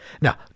Now